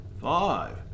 Five